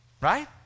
Right